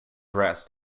rest